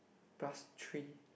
plus three